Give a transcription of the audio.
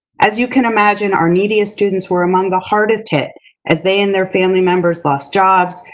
as you can imagine, our neediest students were among the hardest hit as they and their family members lost jobs,